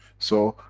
so,